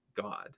God